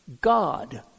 God